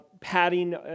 padding